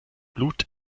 blut